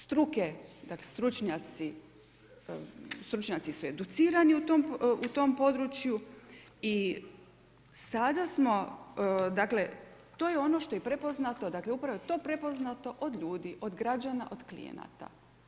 Struke, dakle stručnjaci su educirani u tom području i sada smo, dakle to je ono što je i prepoznato, dakle upravo je to prepoznato od ljudi, od građana, od klijenata.